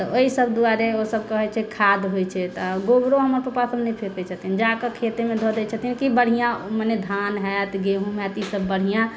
तऽ ओहि सभ दुआरे ओ सभ कहैत छै खाद्य होइत छै तऽ गोबरो हमर पपा सभ नहि फेकै छथिन जाकऽ खेतमे धऽ देइ छथिन कि बढ़िआँ मने धान होयत गेंहुँ होयत ई सभ बढ़िआँ